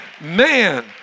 man